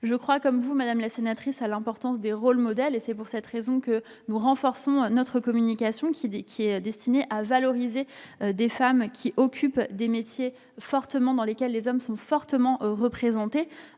Je crois, comme vous, madame la sénatrice, à l'importance des rôles modèles. C'est pour cette raison que nous renforçons notre communication destinée à valoriser des femmes qui exercent des métiers dans lesquels les hommes sont fortement représentés,